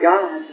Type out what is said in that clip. God